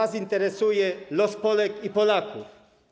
Nas interesuje los Polek i Polaków.